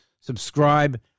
Subscribe